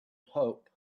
pope